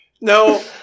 No